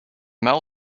mel